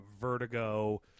vertigo